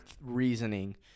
reasoning